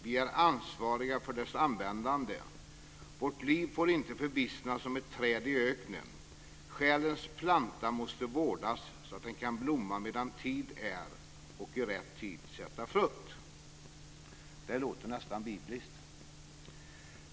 Vi är ansvariga för dess användande. Vårt liv får inte förvissna som ett träd i öknen. Själens planta måste vårdas, så att den kan blomma medan tid är och i rätt tid sätta frukt". Det låter nästan bibliskt.